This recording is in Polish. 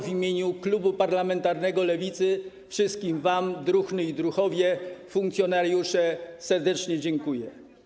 W imieniu klubu parlamentarnego Lewicy za to wszystkim wam, druhny i druhowie, funkcjonariusze, serdecznie dziękuję.